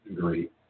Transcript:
Great